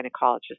gynecologist